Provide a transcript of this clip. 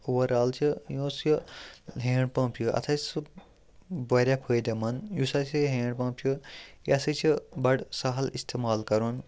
overall چھِ یُس یہِ ہینٛڈ پَمپ یہِ اَتھ آسہِ سُہ واریاہ فٲیدٕ منٛد یُس ہسا یہِ ہینٛڈ پَمپ چھُ یہِ ہَسا چھُ بَڑٕ سَہل استعمال کَرُن